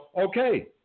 okay